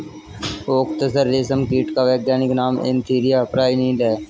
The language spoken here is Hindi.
ओक तसर रेशम कीट का वैज्ञानिक नाम एन्थीरिया प्राइलीन है